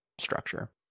structure